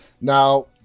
Now